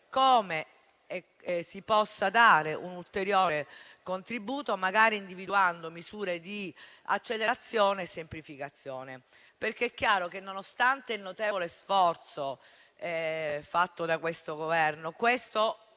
come si possa dare un ulteriore contributo, magari individuando misure di accelerazione e semplificazione. È infatti chiaro che, nonostante il notevole sforzo fatto da questo Governo, questo